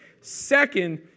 Second